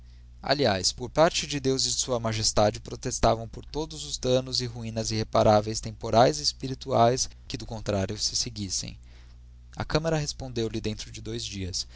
aliás por parte de deus e de sua magestade protestavam por todos os damnos e ruinas irreparáveis temporaes e espirituaes que do contrario se seguissem a camará respondeu-lhe dentro de dois dias